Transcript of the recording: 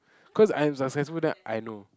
cause I am successful then I know